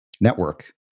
network